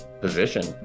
position